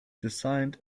designed